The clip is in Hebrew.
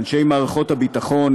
אנשי מערכות הביטחון,